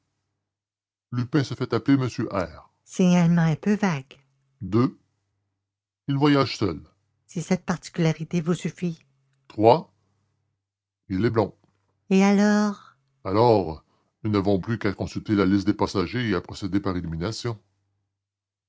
lupin se fait appeler monsieur r signalement un peu vague il voyage seul si cette particularité vous suffit il est blond et alors alors nous n'avons plus qu'à consulter la liste des passagers et à procéder par élimination